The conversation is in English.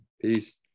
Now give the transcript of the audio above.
Peace